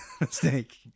mistake